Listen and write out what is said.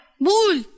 Bull